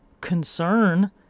concern